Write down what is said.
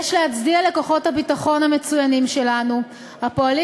יש להצדיע לכוחות הביטחון המצוינים שלנו הפועלים